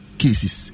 cases